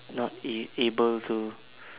not a~ able to